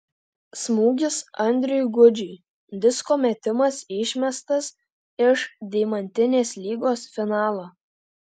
smūgis andriui gudžiui disko metimas išmestas iš deimantinės lygos finalo